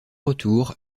retour